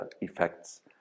effects